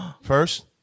first